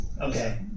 Okay